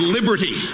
liberty